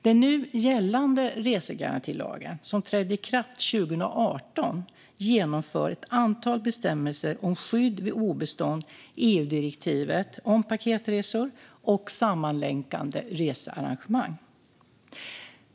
Den nu gällande resegarantilagen, som trädde i kraft 2018, genomför ett antal bestämmelser om skydd vid obestånd i EU-direktivet om paketresor och sammanlänkade researrangemang.